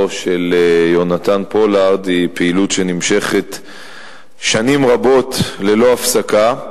של יונתן פולארד היא פעילות שנמשכת שנים רבות ללא הפסקה.